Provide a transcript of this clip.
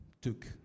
took